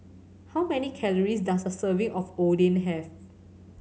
how many calories does a serving of Oden have